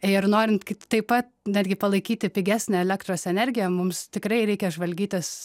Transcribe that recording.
ir norint taip pat netgi palaikyti pigesnę elektros energiją mums tikrai reikia žvalgytis